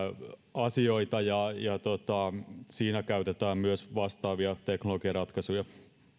asioita ja siinä käytetään myös vastaavia teknologiaratkaisuja